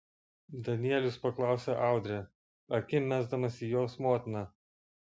danielius paklausė audrę akim mesdamas į jos motiną